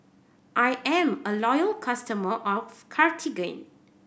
I'm a loyal customer of Cartigain